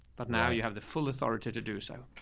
but now you have the full authority to do so.